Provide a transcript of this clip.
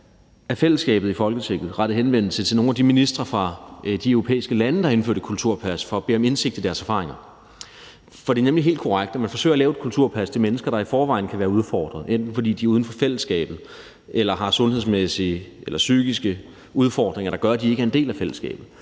af fællesskabet i Folketinget rettet henvendelse til nogle af de ministre fra de europæiske lande, der har indført et kulturpas, for at bede om indsigt i deres erfaringer. For det er nemlig helt korrekt, at man forsøger at lave et kulturpas til mennesker, der i forvejen kan være udfordret, enten fordi de er uden for fællesskabet eller har sundhedsmæssige eller psykiske udfordringer, der gør, at de ikke er en del af fællesskabet,